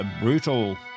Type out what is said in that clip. Brutal